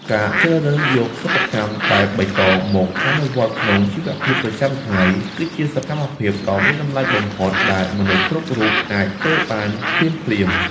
ការជ្រើសរើសយកសិប្បកម្មបែបបៃតងមកអនុវត្តក្នុងជីវភាពប្រចាំថ្ងៃ គឺជាសកម្មភាពដ៏មានតម្លៃបំផុតដែលមនុស្សគ្រប់រូបអាចធ្វើបានភ្លាមៗ។